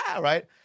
right